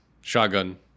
shotgun